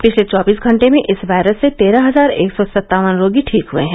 पिछले चौबीस घंटे में इस वायरस से तेरह हजार एक सौ सत्तावन रोगी ठीक हुए हैं